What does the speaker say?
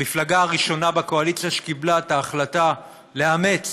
המפלגה הראשונה בקואליציה שקיבלה את ההחלטה לאמץ